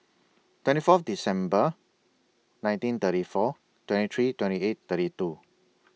twenty Fourth December nineteen thirty four twenty three twenty eight thirty two